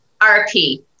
RP